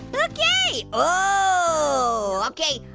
okay, oh, okay,